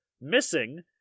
missing